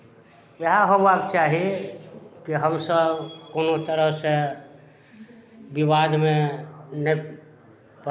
इएह होयवाक चाही कि हमसभ कोनो तरहसँ विवादमे नहि